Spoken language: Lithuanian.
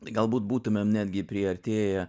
galbūt būtumėm netgi priartėję